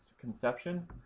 conception